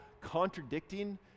contradicting